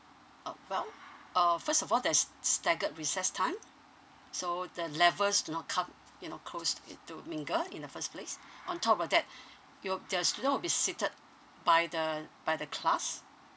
oh well uh first of all there's staggered recess time so the levels do not come you know close it to mingle in the first place on top of that it'll there's a lot will be seated by the by the class